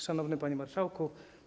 Szanowny Panie Marszałku!